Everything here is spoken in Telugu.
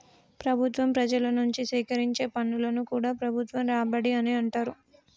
ప్రభుత్వం ప్రజల నుంచి సేకరించే పన్నులను కూడా ప్రభుత్వ రాబడి అనే అంటరు